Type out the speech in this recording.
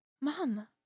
Mom